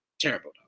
terrible